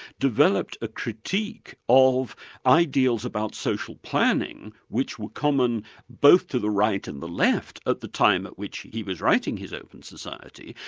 developed a critique of ideals about social planning, which were common both to the right and the left at the time at which he was writing his open society,